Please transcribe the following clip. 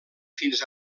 fins